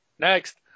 next